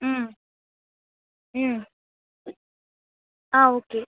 ம் ம் ஆ ஓகே